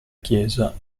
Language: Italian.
chiesa